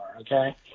okay